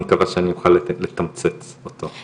אני מקווה שאני אוכל לתמצת אותו.